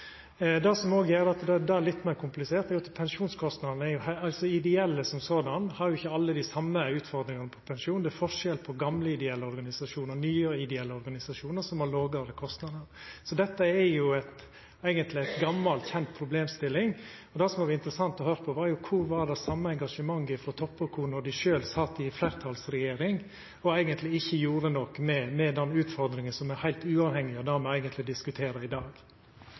Det som òg gjer at det er litt meir komplisert, er at når det gjeld pensjonskostnadene, har ikkje alle dei ideelle dei same utfordringane på pensjon. Det er forskjell på gamle ideelle organisasjonar og nye ideelle organisasjonar, som har lågare kostnader. Så dette er jo eigentleg ei gammal kjend problemstilling. Det som hadde vore interessant å høyra, var: Kor var det same engasjementet frå Toppe & co. då dei sjølve sat i fleirtalsregjering og eigentleg ikkje gjorde noko med dei utfordringane – som er heilt uavhengig av det me eigentleg diskuterer i dag?